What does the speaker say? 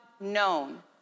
known